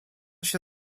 się